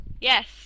Yes